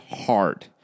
hard